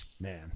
man